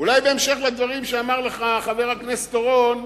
אולי בהמשך לדברים שאמר לך חבר הכנסת אורון,